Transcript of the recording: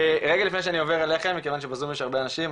רגע לפני שאני עובר אליכם מכיוון שבזום יש הרבה אנשים,